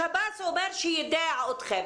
השב"ס אומר שיידע אתכם